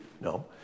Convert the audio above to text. No